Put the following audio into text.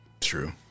true